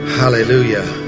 hallelujah